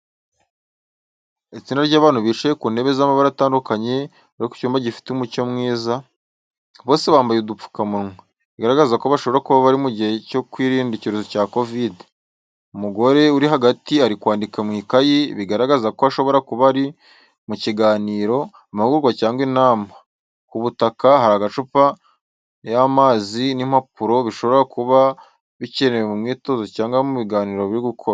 Itsinda ry’abantu bicaye ku ntebe z’amabara atandukanye, bari mu cyumba gifite umucyo mwiza. Bose bambaye udupfukamunwa, bigaragaza ko bashobora kuba bari mu gihe cyo kwirinda icyorezo cya Covid. Umugore uri hagati ari kwandika mu ikayi, bigaragaza ko bashobora kuba bari mu biganiro, amahugurwa cyangwa inama. Ku butaka hari amacupa y’amazi n’impapuro, bishobora kuba bikenewe mu mwitozo cyangwa ikiganiro bari gukora.